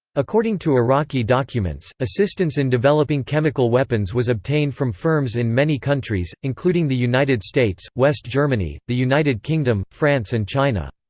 according to iraqi documents, assistance in developing chemical weapons was obtained from firms in many countries, including the united states, west germany, the united kingdom, france and china.